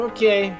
Okay